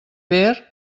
ver